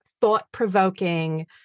thought-provoking